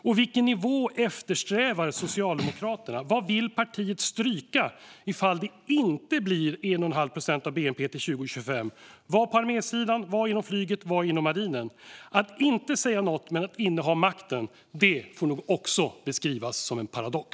Och vilken nivå eftersträvar Socialdemokraterna? Vad vill partiet stryka ifall det inte blir 1,5 procent av bnp till 2025? Vad på armésidan? Vad inom flyget? Vad inom marinen? Att inte säga något men att inneha makten får nog också beskrivas som en paradox!